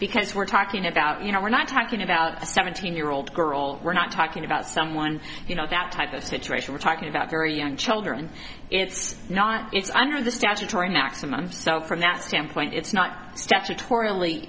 because we're talking about you know we're not talking about a seventeen year old girl we're not talking about someone you know that type of situation we're talking about very young children it's not it's under the statutory anaximander so from that standpoint it's not statutor